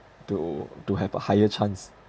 to to have a higher chance